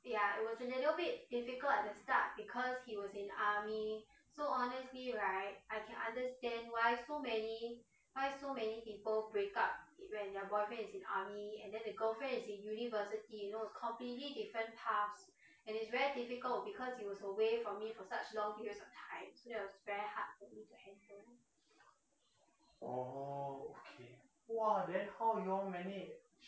orh okay !wah! then how you all manage